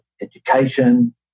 education